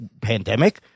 pandemic